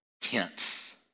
tense